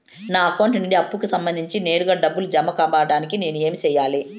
నా అకౌంట్ నుండి అప్పుకి సంబంధించి నేరుగా డబ్బులు జామ కావడానికి నేను ఏమి సెయ్యాలి?